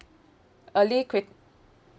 early crit~